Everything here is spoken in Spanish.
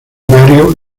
diario